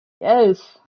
Yes